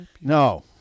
No